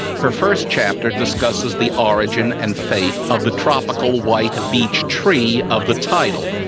her first chapter discusses the origin and fate of the tropical, white beech tree of the title,